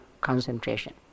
concentration